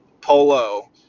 Polo